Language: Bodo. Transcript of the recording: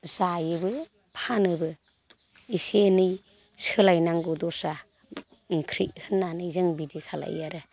जायोबो फानोबो एसे एनै सोलायनांगौ दस्रा ओंख्रि होननानै जों बिदि खालायो आरो